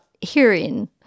hearing